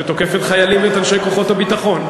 שתוקפת חיילים ואת אנשי כוחות הביטחון.